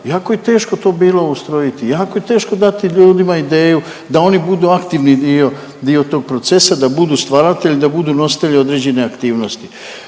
Jako je teško to bilo ustrojiti, jako je teško dati ljudima ideju da oni budu aktivni dio tog procesa, da budu stvaratelji, da budu nositelji određene aktivnosti.